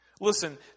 Listen